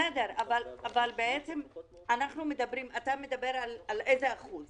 אתה מדבר על איזה אחוז